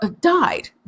died